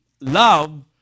love